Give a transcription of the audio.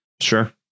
sure